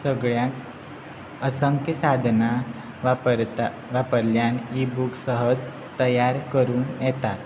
सगळ्यांच असंख्य साधनां वापरता वापरल्यान इबूक सहज तयार करून येतात